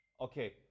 okay